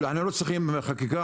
אנחנו לא צריכים חקיקה,